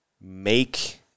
make